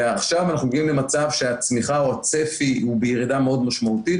ועכשיו אנחנו מגיעים למצב שהצמיחה או הצפי הוא בירידה מאוד משמעותית,